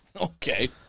Okay